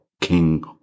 King